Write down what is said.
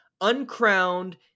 uncrowned